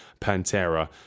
Pantera